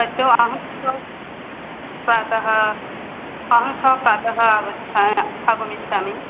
अस्तु अहं श्वः प्रातः अहं श्वः प्रातः आगच्छ आगमिष्यामि